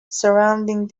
surrounding